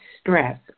stress